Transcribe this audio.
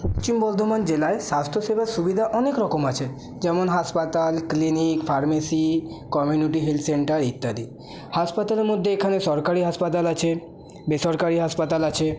পশ্চিম বর্ধমান জেলায় স্বাস্থ্যসেবার সুবিধা অনেক রকম আছে যেমন হাসপাতাল clinic pharmacy community health centre ইত্যাদি হাসপাতালের মধ্যে এখানে সরকারি হাসপাতাল আছে বেসরকারি হাসপাতাল আছে